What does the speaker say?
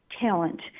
talent